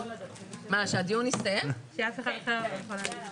שהוא יצטרך להסיר את אותם חלקים חיצוניים.